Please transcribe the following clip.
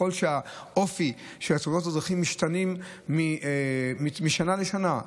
שהאופי של תאונות הדרכים משתנה משנה לשנה.